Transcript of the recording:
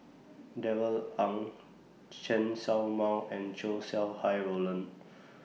Darrell Ang Chen Show Mao and Chow Sau Hai Roland